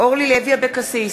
אורלי לוי אבקסיס,